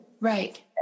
Right